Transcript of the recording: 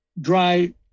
dry